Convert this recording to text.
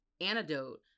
antidote